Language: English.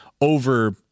over